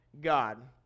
God